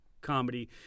comedy